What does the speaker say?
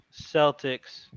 Celtics